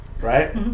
right